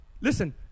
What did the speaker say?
Listen